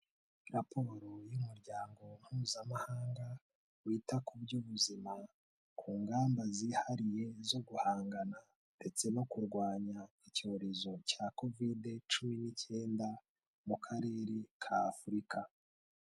Raporo y'umuryango mpuzamahanga wita ku by'ubuzima, ku ngamba zihariye zo guhangana ndetse no kurwanya icyorezo cya Covid cumi n'icyenda, mu Karere k'Afurika.